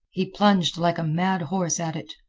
he plunged like a mad horse at it.